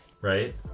right